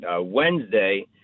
Wednesday